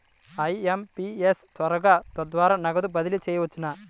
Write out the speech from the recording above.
IMPS ద్వారా త్వరగా నగదు బదిలీ చేయవచ్చునా?